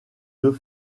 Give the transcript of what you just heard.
deux